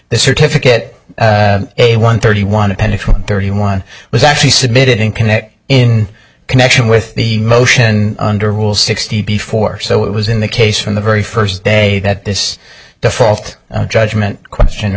the certificate a one thirty one thirty one was actually submitted in connect in connection with the motion under rule sixty before so it was in the case from the very first day that this default judgment question